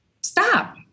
stop